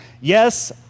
yes